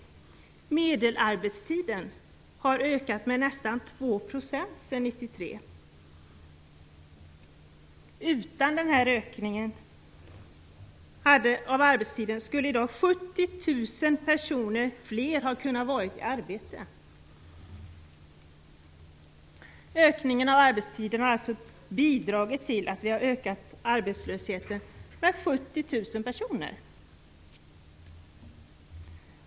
Medelarbetstiden har ökat med nästan 2 % sedan 1993. Utan den här ökningen av arbetstiden skulle i dag 70 000 fler personer ha kunnat vara i arbete. Ökningen av arbetstiden har alltså bidragit till att öka arbetslösheten med 70 000 personer.